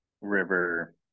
river